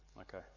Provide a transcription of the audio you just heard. Okay